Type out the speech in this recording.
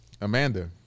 Amanda